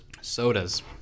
Sodas